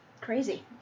crazy